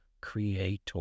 creator